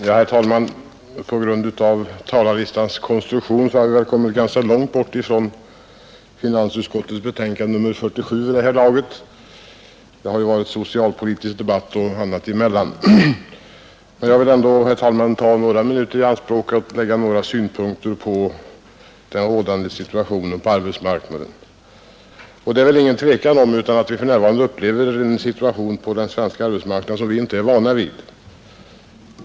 Herr talman! På grund av talarlistans konstruktion har vi vid det här laget kommit ganska långt bort från finansutskottets betänkande nr 47. Det har ju varit socialpolitisk debatt och annat emellan. Jag vill ändå ta några minuter i anspråk för att anlägga en del synpunkter på den rådande situationen på arbetsmarknaden. Det är väl ingen tvekan om att vi för närvarande upplever en situation på den svenska arbetsmarknaden som vi inte är vana vid.